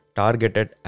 targeted